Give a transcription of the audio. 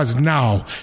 now